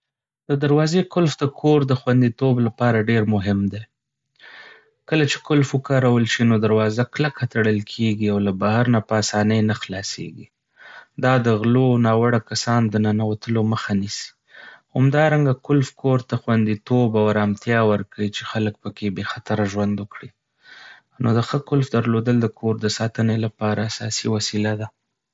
د دروازې قلف د کور د خونديتوب لپاره ډېر مهم دی. کله چې قلف وکارول شي، نو دروازه کلکه تړل کېږي او له بهر نه په اسانۍ نه خلاصیږي. دا د غلو او ناوړه کسانو د ننوتلو مخه نیسي. همدارنګه، قلف کور ته خونديتوب او ارامتیا ورکوي چې خلک پکې بې خطره ژوند وکړي. نو، د ښه قلف درلودل د کور ساتنې لپاره اساسي وسیله ده.